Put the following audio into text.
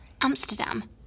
Amsterdam